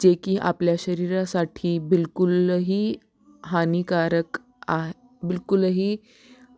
जे की आपल्या शरीरासाठी बिलकुलही हानीकारक आ बिलकुलही